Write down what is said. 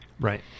Right